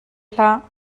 hlah